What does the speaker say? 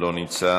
אינו נוכח,